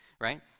Right